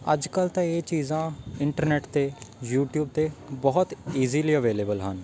ਅੱਜ ਕੱਲ੍ਹ ਤਾਂ ਇਹ ਚੀਜ਼ਾਂ ਇੰਟਰਨੈਟ 'ਤੇ ਯੂਟਿਊਬ 'ਤੇ ਬਹੁਤ ਈਜ਼ੀਲੀ ਅਵੇਲੇਬਲ ਹਨ